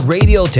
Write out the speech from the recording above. Radio